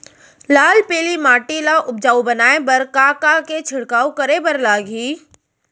लाल पीली माटी ला उपजाऊ बनाए बर का का के छिड़काव करे बर लागही?